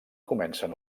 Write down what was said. comencen